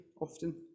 often